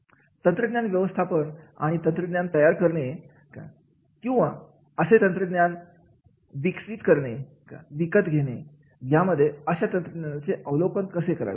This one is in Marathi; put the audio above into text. तंत्रज्ञान व्यवस्थापन नवीन तंत्रज्ञान तयार करणे किंवा असे तंत्रज्ञान विकत घेणे यामध्ये अशा तंत्रज्ञानाची अवलोकन कसे करावे